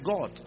God